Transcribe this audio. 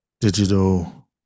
digital